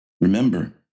Remember